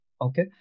okay